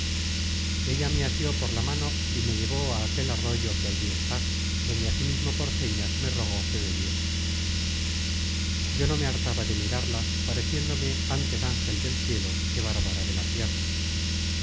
me rogaba que comiese yo lo hice mano y me llevó á aquel arroyo que allí está donde asimismo por señas me rogó que bebiese yo no me hartaba de mirarla pareciéndome ántes ángel del cielo que bárbara de la tierra